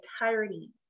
entirety